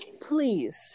please